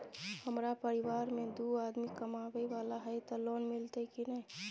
हमरा परिवार में दू आदमी कमाए वाला हे ते लोन मिलते की ने?